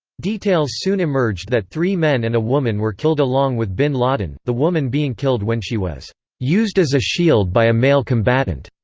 details soon emerged that three men and a woman were killed along with bin laden, the woman being killed when she was used as a shield by a male combatant.